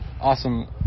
Awesome